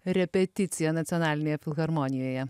repeticiją nacionalinėje filharmonijoje